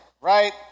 right